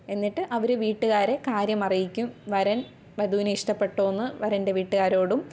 എന്നിട്ട് അവര് വീട്ടുകാരെ കാര്യം അറിയിക്കും വരൻ വധുവിനെ ഇഷ്ടപ്പട്ടോ എന്ന് വരൻ്റെ വീട്ടുകാരോടും